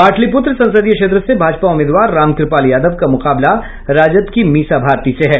पाटलिपुत्र संसदीय क्षेत्र से भाजपा उम्मीदवार रामकृपाल यादव का मुकाबला राजद की मीसा भारती से है